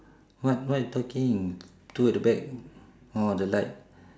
what what you talking two at the back orh the light